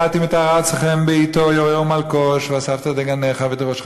"ונתתי מטר ארצכם בעתו יורה ומלקוש ואספת דגנך ותירשך